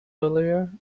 earlier